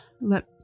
let